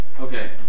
Okay